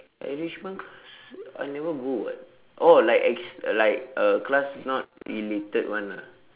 enrichment class I never go [what] oh like ex~ like uh class not related [one] ah